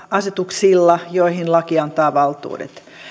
asetuksilla joihin laki antaa valtuudet